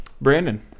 Brandon